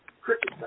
Cricket